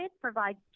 provides